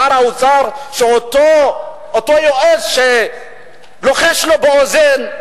שר האוצר שאותו יועץ לוחש לו באוזן,